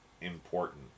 important